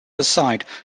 aside